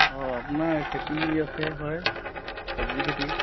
অ আপোনাৰ খেতি আছে হয় চব্জি খেতি